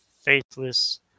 Faithless